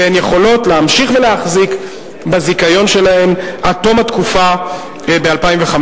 והן יכולות להמשיך להחזיק בזיכיון שלהן עד תום התקופה ב-2015.